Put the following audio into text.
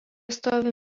stovi